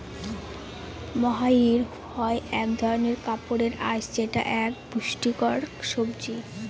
মহাইর হয় এক ধরনের কাপড়ের আঁশ যেটা এক পুষ্টিকর সবজি